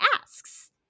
asks